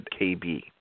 KB